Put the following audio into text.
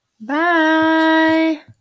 Bye